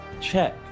check